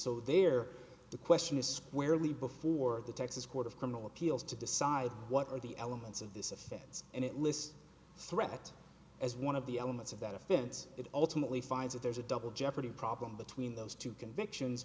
so there the question is squarely before the texas court of criminal appeals to decide what are the elements of this offense and it lists threat as one of the elements of that offense it ultimately finds that there's a double jeopardy problem between those two convictions